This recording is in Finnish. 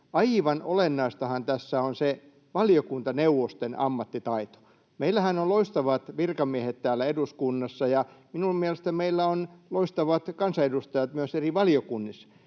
aivan olennaistahan tässä on se valiokuntaneuvosten ammattitaito. Meillähän on loistavat virkamiehet täällä eduskunnassa, ja minun mielestäni meillä on myös loistavat kansanedustajat eri valiokunnissa.